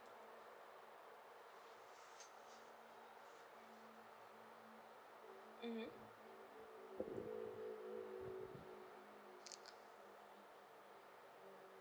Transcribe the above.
mmhmm